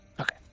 Okay